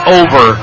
over